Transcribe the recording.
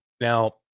Now